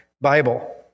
Bible